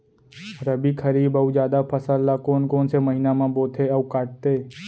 रबि, खरीफ अऊ जादा फसल ल कोन कोन से महीना म बोथे अऊ काटते?